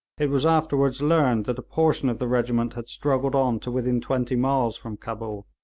it was afterwards learned that a portion of the regiment had struggled on to within twenty miles from cabul,